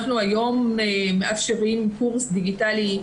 היום אנחנו מאפשרים קורס דיגיטלי,